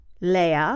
Lea